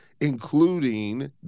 including